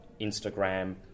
Instagram